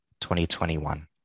2021